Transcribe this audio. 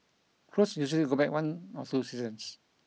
clothes usually go back one or two seasons